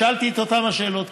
ושאלתי את אותן השאלות,